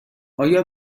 آیا